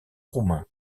roumain